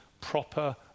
proper